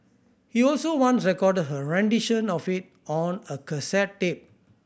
he also once recorded her rendition of it on a cassette tape